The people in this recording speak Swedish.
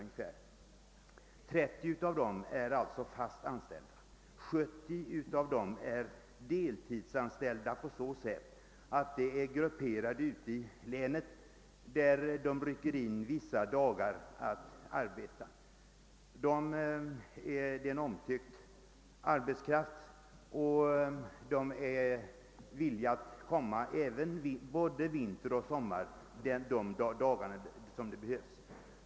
De övriga 70, som är bosatta på olika håll i länet, är deltidsanställda på så sätt, att de arbetar vissa dagar i veckan. Det är en omtyckt arbetskraft, och de är villiga att komma både vinter och sommar de dagar det behövs.